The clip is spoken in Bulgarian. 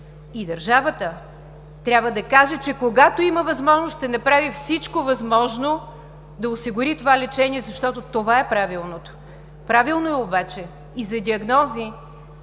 Държавата трябва да каже, че когато има възможност, ще направи всичко възможно да осигури това лечение, защото това е правилното. Правилно е обаче и за диагнози,